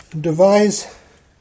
devise